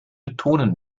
betonen